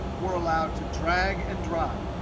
we're allowed to drag and drop.